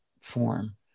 form